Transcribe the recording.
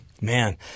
Man